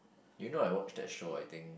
you know I watch that show I think